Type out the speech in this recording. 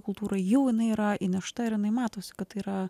kultūra jau jinai yra įnešta ir jinai matosi kad tai yra